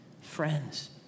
Friends